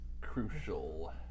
Crucial